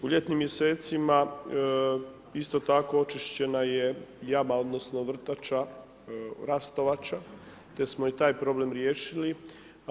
U ljetnim mjesecima isto tako očišćena je jama odnosno vrtača Rastovača te smo i taj problem riješili.